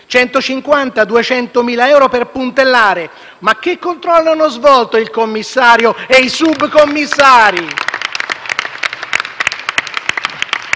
200.000 euro per puntellare. Ma che controlli hanno svolto il commissario e i subcommissari?